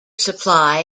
supply